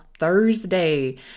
Thursday